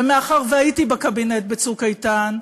ומאחר שהייתי בקבינט ב"צוק איתן"